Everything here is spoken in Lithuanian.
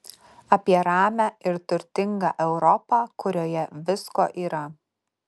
apie ramią ir turtingą europą kurioje visko yra